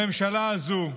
הממשלה הזו,